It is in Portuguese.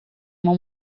uma